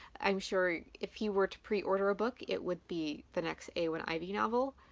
i'm sure if you were to pre-order a book it would be the next eowyn ivey novel.